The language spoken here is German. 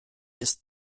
ist